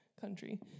country